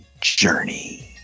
journey